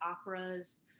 operas